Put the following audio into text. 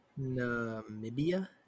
Namibia